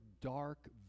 dark